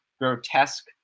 grotesque